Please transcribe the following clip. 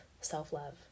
self-love